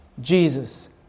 Jesus